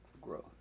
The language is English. growth